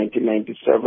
1997